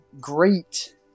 great